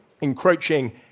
encroaching